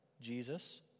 Jesus